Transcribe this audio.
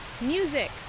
music